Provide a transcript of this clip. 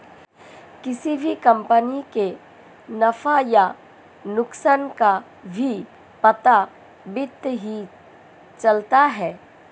किसी भी कम्पनी के नफ़ा या नुकसान का भी पता वित्त ही चलता है